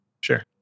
Sure